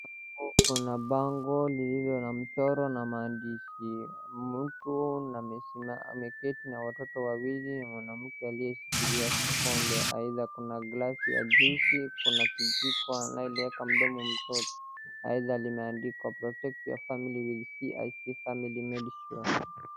Hapo kuna bango lililo na mchoro na maandishi, mtu ameketi na watoto wawili, mwanamke aliyeshikilia kikombe, aidha kuna glasi ya juisi, kuna kijiko anayeeka mdomo mtoto, aidha limeandikwa protect your family with CIC family medisure